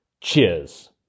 Cheers